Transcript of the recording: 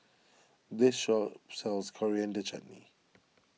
this shop sells Coriander Chutney